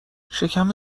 شکم